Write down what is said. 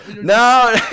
no